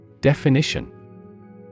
Definition